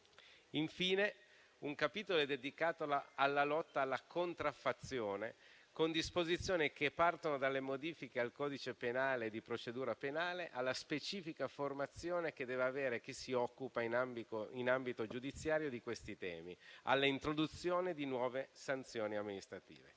Infine, un capitolo è dedicato alla lotta alla contraffazione, con disposizioni che partono dalle modifiche ai codici penale e di procedura penale, per arrivare fino alla specifica formazione che deve avere chi si occupa di questi temi in ambito giudiziario e all'introduzione di nuove sanzioni amministrative.